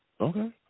Okay